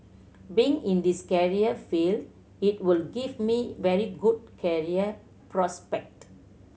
being in this career field it would give me very good career prospect